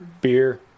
beer